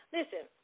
Listen